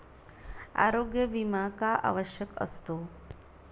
आरोग्य विमा का आवश्यक असतो?